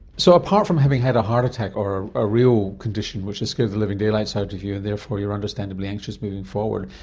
so apart from having had a heart attack or a real condition which has scared the living daylights out of you and therefore you're understandably anxious moving forward,